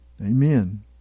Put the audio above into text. Amen